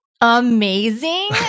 Amazing